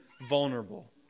vulnerable